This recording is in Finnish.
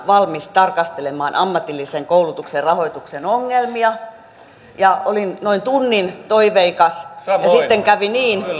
valmis tarkastelemaan ammatillisen koulutuksen rahoituksen ongelmia olin noin tunnin toiveikas ja sitten kävi niin